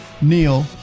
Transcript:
Neil